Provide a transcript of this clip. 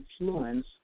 influence